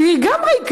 והיא גם ריקה.